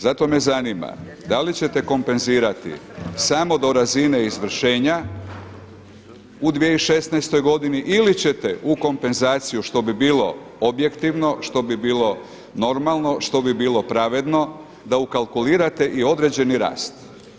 Zato me zanima da li ćete kompenzirati samo do razine izvršenja u 2016. godini ili ćete u kompenzaciju što bi bilo objektivno, što bi bilo normalno, što bi bilo pravedno da ukalkulirate i određeni rast.